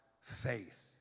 faith